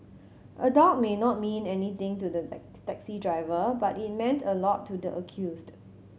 a dog may not mean anything to the taxi driver but it meant a lot to the accused